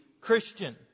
Christian